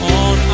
on